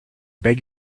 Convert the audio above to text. beg